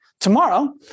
Tomorrow